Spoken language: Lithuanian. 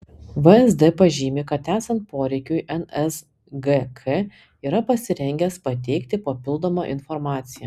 vsd pažymi kad esant poreikiui nsgk yra pasirengęs pateikti papildomą informaciją